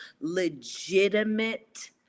legitimate